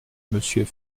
monsieur